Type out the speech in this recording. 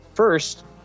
First